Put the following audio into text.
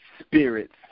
Spirits